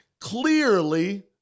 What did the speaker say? clearly